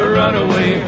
runaway